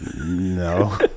No